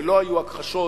ולא היו הכחשות